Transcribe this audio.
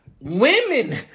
women